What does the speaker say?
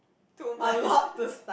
too much